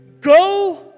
go